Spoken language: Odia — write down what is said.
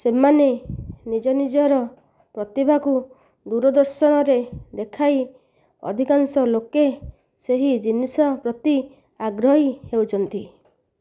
ସେମାନେ ନିଜ ନିଜର ପ୍ରତିଭାକୁ ଦୂରଦର୍ଶନରେ ଦେଖାଇ ଅଧିକାଂଶ ଲୋକେ ସେହି ଜିନିଷ ପ୍ରତି ଆଗ୍ରହୀ ହେଉଛନ୍ତି